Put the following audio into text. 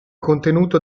contenuto